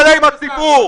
הציבור.